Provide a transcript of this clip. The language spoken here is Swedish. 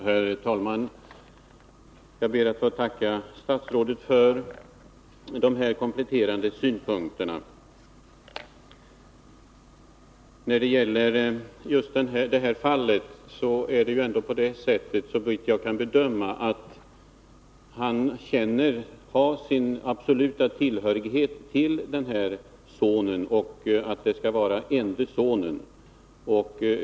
Herr talman! Jag ber att få tacka statsrådet för de kompletterande synpunkterna. I just det här fallet är det — såvitt jag kan bedöma — så, att denne man känner sin absoluta tillhörighet med sin son, och det lär vara ende sonen.